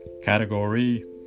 Category